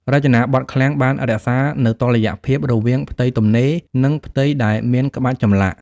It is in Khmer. រចនាបថឃ្លាំងបានរក្សានូវតុល្យភាពរវាងផ្ទៃទំនេរ និងផ្ទៃដែលមានក្បាច់ចម្លាក់។